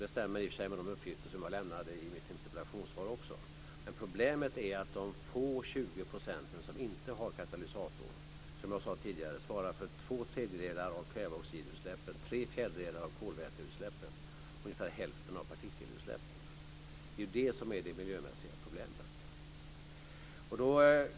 Det stämmer i och för sig också med de uppgifter som jag lämnade i mitt interpellationssvar. Men problemet är, som jag sade förut, att de 20 % som inte har katalysator svarar för två tredjedelar av kväveoxidutsläppen, tre fjärdedelar av kolväteutsläppen och ungefär hälften av partikelutsläppen. Det är det miljömässiga problemet.